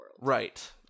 Right